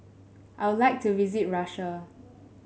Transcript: I would like to visit Russia